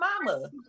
mama